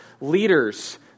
leaders